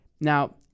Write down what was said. Now